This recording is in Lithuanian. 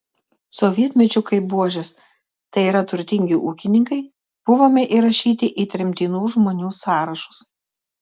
sovietmečiu kaip buožės tai yra turtingi ūkininkai buvome įrašyti į tremtinų žmonių sąrašus